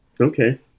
Okay